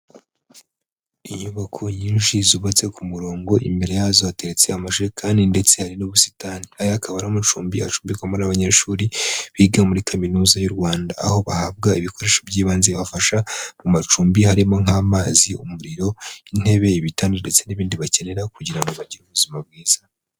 Inyubako nyinshi zubatse ku murongo, imbere yazo hateretse amajerekani ndetse hari n'ubusitani. Aya akaba ari amacumbi acumbikwamo n'abanyeshuri biga muri kaminuza y'u Rwanda. Aho bahabwa ibikoresho by'ibanze bibafasha mu macumbi harimo nk'amazi, umuriro, intebe, ibitanda ndetse n'ibindi bakenera kugira ngo bagire ubuzima bwiza.